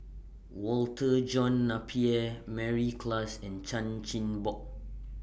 Walter John Napier Mary Klass and Chan Chin Bock